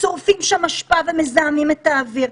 שורפים שם אשפה ומזהמים את האוויר,